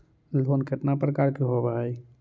Loan केतना प्रकार के होव हइ?